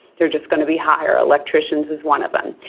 they're just going to be higher. electricians is one of them.